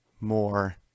more